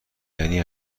یعنی